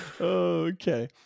Okay